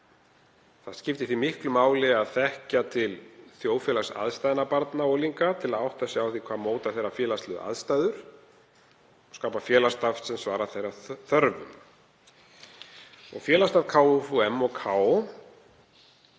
Það skiptir því miklu máli að þekkja til þjóðfélagsaðstæðna barna og unglinga til að átta sig á því hvað mótar þeirra félagslegu aðstæður og skapa félagsstarf sem svarar þörfum þeirra. Félagsstarf KFUM og KFUK